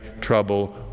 trouble